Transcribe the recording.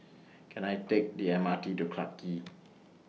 Can I Take The M R T to Clarke Quay